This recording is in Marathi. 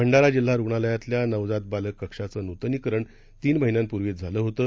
भंडरा जिल्हा रुग्णालयतल्या नवजात बालक कक्षाचं नूतनीकरण तीन महिन्यापूर्वीचं झालं होतं